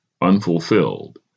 unfulfilled